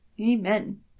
Amen